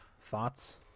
Thoughts